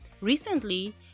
Recently